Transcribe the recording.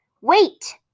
Wait